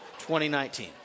2019